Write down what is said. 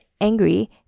Angry